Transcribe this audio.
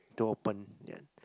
to open yet